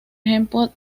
ejemplo